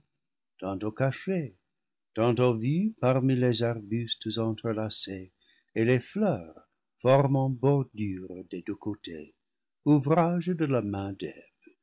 tantôt caché tantôt vu parmi les arbustes entrelacés et les fleurs formant bordure des deux côtés ouvrage de la main d'eve